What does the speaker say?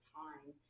time